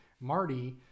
Marty